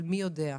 אבל מי יודע.